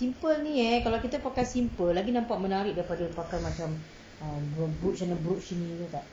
simple ni eh kalau kita pakai simple lagi nampak menarik daripada pakai macam err brooch sana brooch sini betul tak